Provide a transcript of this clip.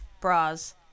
bras